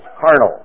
carnal